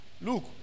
Look